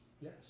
Yes